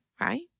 right